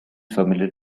familiar